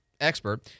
expert